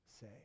say